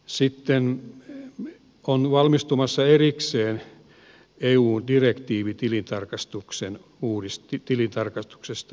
sitten on valmistumassa erikseen eun direktiivi tilintarkastuksesta